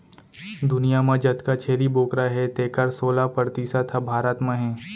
दुनियां म जतका छेरी बोकरा हें तेकर सोला परतिसत ह भारत म हे